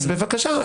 אז בבקשה,